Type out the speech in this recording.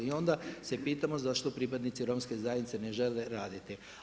I onda se pitamo zašto pripadnici romske zajednice ne žele raditi.